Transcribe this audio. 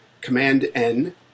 Command-N